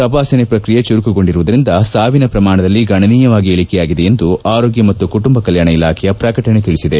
ತಪಾಸಣೆ ಪ್ರಕ್ರಿಯೆ ಚುರುಕುಗೊಳಿಸುರಯವುದರಿಂದ ಸಾವಿನ ಪ್ರಮಾಣದಲ್ಲಿ ಗಣನೀಯವಾಗಿ ಇಳಿಕೆಯಾಗಿದೆ ಎಂದು ಆರೋಗ್ಯ ಮತ್ತು ಕುಟುಂಬ ಕಲ್ಯಾಣ ಇಲಾಖೆಯ ಪ್ರಕಟಣೆ ತಿಳಿಸಿದೆ